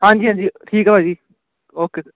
ਹਾਂਜੀ ਹਾਂਜੀ ਠੀਕ ਆ ਭਾਅ ਜੀ ਓਕੇ ਸਰ